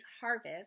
harvest